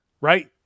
right